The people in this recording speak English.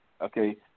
okay